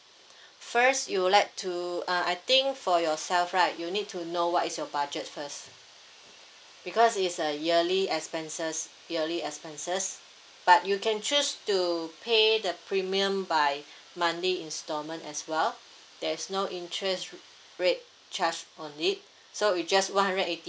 first you would like to uh I think for yourself right you need to know what is your budget first because it's a yearly expenses yearly expenses but you can choose to pay the premium by monthly instalment as well there's no interest rate charge on it so we just one hundred eighty